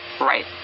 right